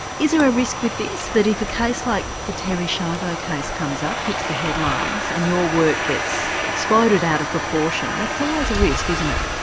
is there a risk with this, that if a case like the terry schiavo case comes up, hits the headlines and your work gets exploded out of proportion, that's always a risk isn't it?